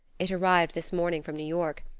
it arrived this morning from new york.